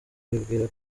bibwira